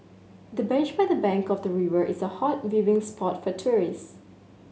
the bench by the bank of the river is a hot viewing spot for tourists